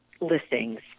listings